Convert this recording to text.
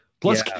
Plus